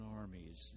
armies